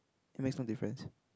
it makes no difference